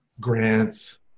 grants